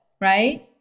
right